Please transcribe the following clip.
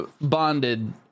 bonded